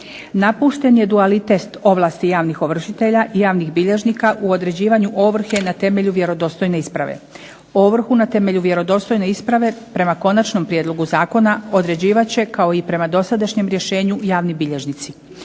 napušten je dualitet ovlasti javnih ovršitelja i javnih bilježnika u određivanju ovrhe na temelju vjerodostojne isprave, ovrhu na temelju vjerodostojne isprave prema konačnom prijedlogu zakona određivat će kao i prema dosadašnjem rješenju javni bilježnici,